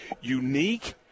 unique